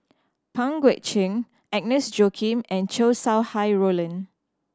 Pang Guek Cheng Agnes Joaquim and Chow Sau Hai Roland